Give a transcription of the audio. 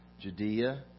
Judea